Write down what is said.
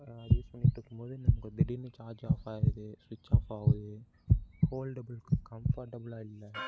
அது யூஸ் பண்ணிட்டு இருக்கும் போது நமக்கு திடீர்னு சார்ஜ் ஆஃப் ஆயிடுது ஸ்விட்ச் ஆஃப் ஆகுது ஹோல்டபுளுக்கு கம்ஃபர்ட்டபுளாக இல்லை